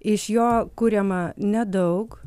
iš jo kuriama nedaug